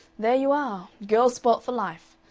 there you are! girl spoilt for life.